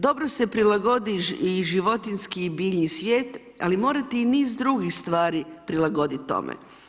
Dobro se prilagodi i životinjski i biljni svijet, ali morate i niz drugih stvari prilagoditi tome.